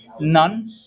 none